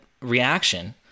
reaction